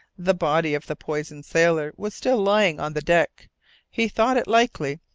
the body of the poisoned sailor was still lying on the deck he thought it likely,